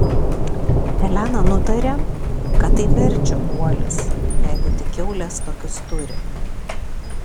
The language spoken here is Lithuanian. elena nutarė kad tai berčio guolis jeigu tik kiaulės tokius turi